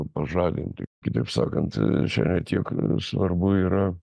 pažadinti kitaip sakant a čia ne tiek svarbu yra